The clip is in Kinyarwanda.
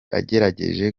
agerageje